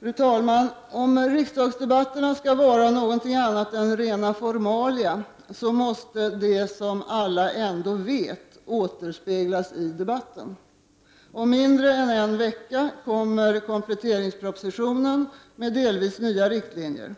Fru talman! Om riksdagsdebatterna skall vara något annat än rena formalia måste det som alla ändå vet återspeglas i debatten. Om mindre än en vecka kommer kompletteringspropositionen med delvis nya riktlinjer.